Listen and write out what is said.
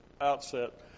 outset